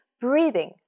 breathing